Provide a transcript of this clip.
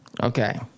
Okay